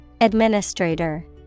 Administrator